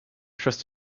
trust